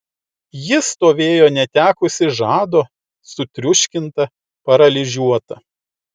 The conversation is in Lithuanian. ji stovėjo netekusi žado sutriuškinta paralyžiuota